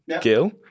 Gil